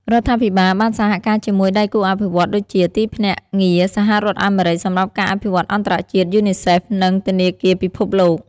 រដ្ឋាភិបាលបានសហការជាមួយដៃគូអភិវឌ្ឍន៍ដូចជា ទីភ្នាក់ងារសហរដ្ឋអាមេរិកសម្រាប់ការអភិវឌ្ឍអន្តរជាតិ យូនីសេហ្វ និងធនាគារពិភពលោក។